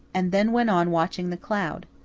and then went on watching the cloud.